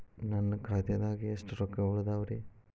ನನ್ನ ಖಾತೆದಾಗ ಎಷ್ಟ ರೊಕ್ಕಾ ಉಳದಾವ್ರಿ?